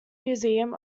museum